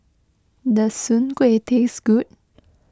does Soon Kuih taste good